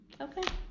Okay